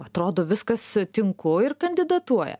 atrodo viskas tinku ir kandidatuoja